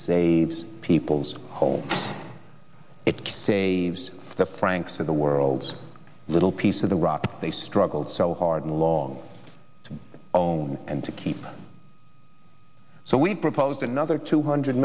saves people's homes it saves the franks of the world a little piece of the rock they struggled so hard and long to own and to keep so we proposed another two hundred